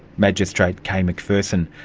magistrate kay mcpherson.